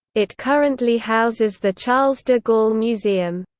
it currently houses the charles de gaulle museum.